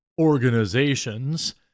organizations